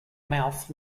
mouth